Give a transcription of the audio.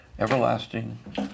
everlasting